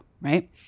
right